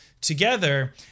together